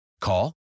call